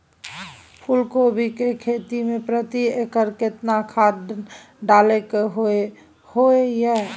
फूलकोबी की खेती मे प्रति एकर केतना खाद डालय के होय हय?